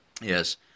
Yes